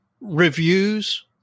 reviews